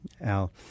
Al